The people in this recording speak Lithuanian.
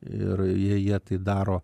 ir jie jie tai daro